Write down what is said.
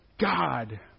God